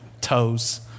toes